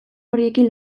horiekin